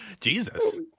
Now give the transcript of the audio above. Jesus